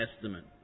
Testament